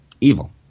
evil